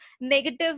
negative